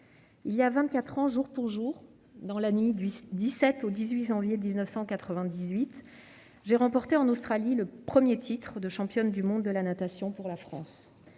ans jour pour jour, dans la nuit du 17 au 18 janvier 1998, je remportais en Australie le premier titre de championne du monde de natation d'une